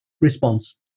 response